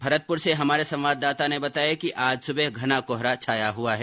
भरतपुर से हमारे संवाददाता ने बताया कि आज सुबह घना कोहरा छाया हुआ है